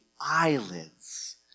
eyelids